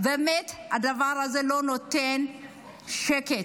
באמת הדבר הזה לא נותן שקט.